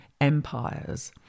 empires